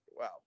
wow